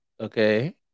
okay